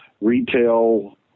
retail